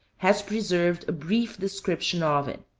has preserved a brief description of it.